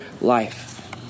life